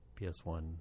PS1